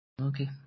Okay